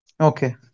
okay